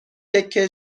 تکه